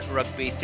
Rugby